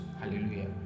hallelujah